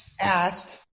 asked